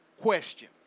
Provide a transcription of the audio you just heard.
question